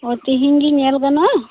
ᱚ ᱛᱮᱦᱮᱧ ᱜᱮ ᱧᱮᱞ ᱜᱟᱱᱚᱜᱼᱟ